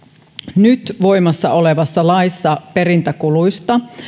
nyt voimassa olevassa laissa perintäkuluista